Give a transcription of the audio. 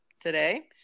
today